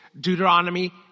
Deuteronomy